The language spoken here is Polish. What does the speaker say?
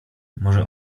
może